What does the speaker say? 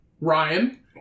Ryan